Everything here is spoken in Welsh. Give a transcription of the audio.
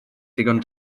ddigon